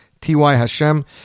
tyhashem